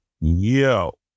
Yo